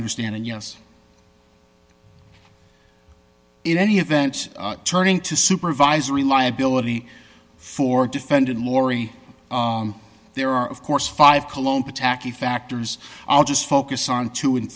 understanding yes in any event turning to supervisory liability for defendant lori there are of course five cologne pataki factors i'll just focus on two